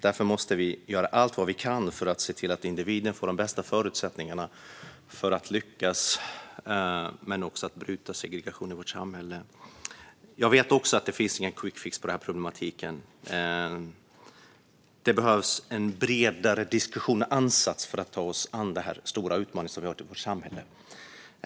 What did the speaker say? Därför måste vi göra allt vi kan för att se till att individen får de bästa förutsättningarna att lyckas, men också för att bryta segregationen i vårt samhälle. Jag vet också att det inte finns någon quickfix när det gäller denna problematik. Det behövs en bredare diskussion och ansats när vi tar oss an denna stora utmaning för vårt samhälle.